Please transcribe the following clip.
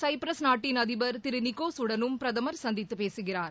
Cyprus நாட்டின் அதிபர் திரு நிகோஸ் அனஸ்தாசியேடஸ் யும் பிரதமர் சந்தித்து பேசுகிறார்